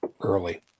early